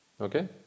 Okay